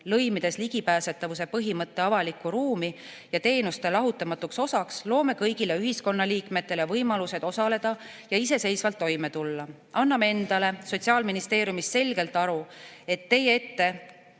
Lõimides ligipääsetavuse põhimõtte avaliku ruumi ja teenuste lahutamatuks osaks, loome kõigile ühiskonnaliikmetele võimalused osaleda ja iseseisvalt toime tulla. Anname endale Sotsiaalministeeriumis selgelt aru, et teie ette